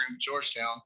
Georgetown